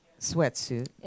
sweatsuit